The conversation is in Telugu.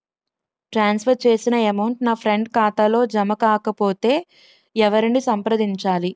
ట్రాన్స్ ఫర్ చేసిన అమౌంట్ నా ఫ్రెండ్ ఖాతాలో జమ కాకపొతే ఎవరిని సంప్రదించాలి?